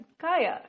Kaya